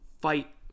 fight